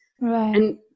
Right